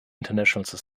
international